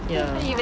ya